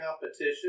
competition